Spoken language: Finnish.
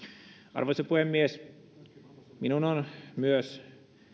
arvoisa puhemies minun on myös